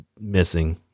missing